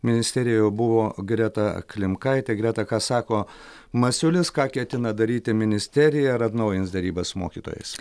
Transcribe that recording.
ministerijoje jau buvo greta klimkaitė greta ką sako masiulis ką ketina daryti ministerija ar atnaujins derybas su mokytojais